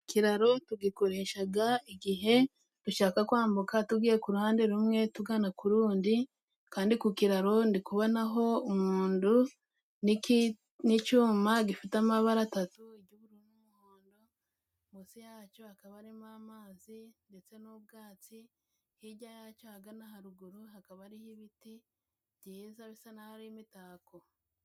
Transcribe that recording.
Ikiraro tugikoreshaga igihe dushaka kwambuka tugiye ku ruhande rumwe tugana ku rundi, kandi ku kiraro ndi kubonaho umundu n'icuma gifite amabara atatu, iry' g'ubururu n'umuhondo. Munsi yacyo hakaba harimo amazi ndetse n'ubwatsi hirya yacyo ahagana haruguru hakaba hariho ibiti byiza bisa n'aho ari imitako.